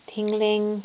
Tingling